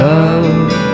Love